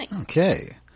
okay